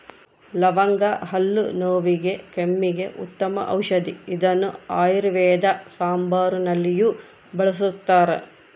ಲವಂಗ ಹಲ್ಲು ನೋವಿಗೆ ಕೆಮ್ಮಿಗೆ ಉತ್ತಮ ಔಷದಿ ಇದನ್ನು ಆಯುರ್ವೇದ ಸಾಂಬಾರುನಲ್ಲಿಯೂ ಬಳಸ್ತಾರ